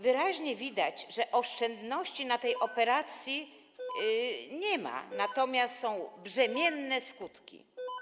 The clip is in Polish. Wyraźnie widać, że oszczędności na tej operacji nie ma, natomiast jest to brzemienne w skutki.